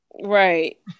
Right